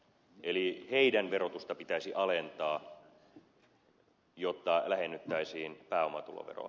eli heidän verotustaan pitäisi alentaa jotta lähennyttäisiin pääomatuloveroa